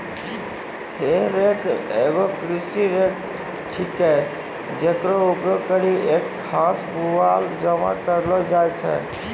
हे रेक एगो कृषि रेक छिकै, जेकरो उपयोग करि क घास, पुआल जमा करलो जाय छै